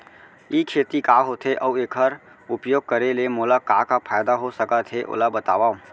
ई खेती का होथे, अऊ एखर उपयोग करे ले मोला का का फायदा हो सकत हे ओला बतावव?